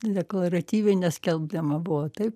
deklaratyviai neskelbdama buvo taip